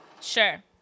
Sure